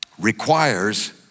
requires